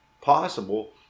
possible